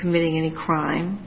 committing any crime